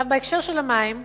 בהקשר של המים,